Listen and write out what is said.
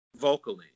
vocally